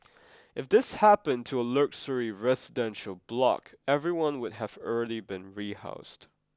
if this happened to a luxury residential block everyone would have already been rehoused